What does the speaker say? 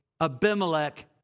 Abimelech